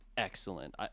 Excellent